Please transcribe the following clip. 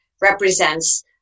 represents